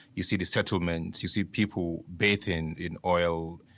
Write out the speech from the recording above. you see the settlements, you see people bathing in oil.